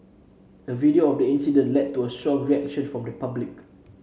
a video of the incident led to a strong reaction from the public